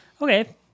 Okay